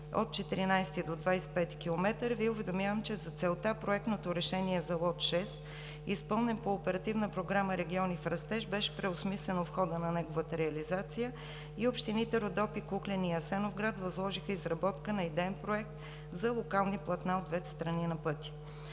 от 14 до 25 км, Ви уведомявам, че за целта проектното решение за лот 6, изпълнен по Оперативна програма „Региони в растеж“ беше преосмислено в хода на неговата реализация и общините Родопи, Куклен и Асеновград възложиха изработка на идеен проект за локални платна от двете страни на пътя.